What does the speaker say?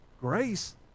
Grace